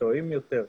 מקצועיים יותר,